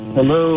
Hello